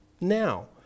now